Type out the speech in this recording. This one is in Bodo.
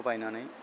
बायनानै